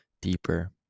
deeper